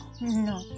No